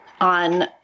on